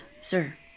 sir